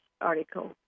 article